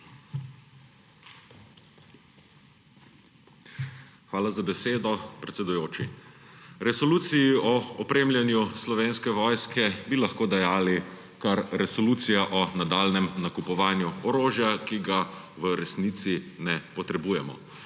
Hvala za besedo, predsedujoči. Resoluciji o opremljanju Slovenske vojske bi lahko dejali kar resolucija o nadaljnjem nakupovanju orožja, ki ga v resnici ne potrebujemo.